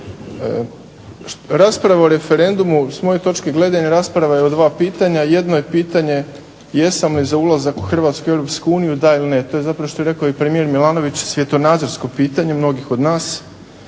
Rasprava o referendumu s moje točke gledanja rasprava je o dva pitanja, jedno je pitanje Jesam li za ulazak Hrvatske u Europsku uniju Da ili Ne? To je zapravo što je rekao premijer Milanović svjetonazorsko pitanje mnogih od nas,